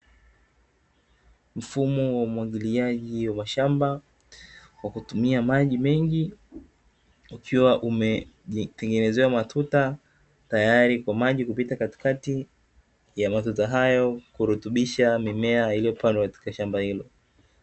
Mfumo wa umwagiliaji wa mashamba kwa kutumia maji mengi, ukiwa unetengenezewa matuta tayari kwa maji kupita katikati ya matuta hayo kurutubisha mimea iliyopandwa katika shamba hilo.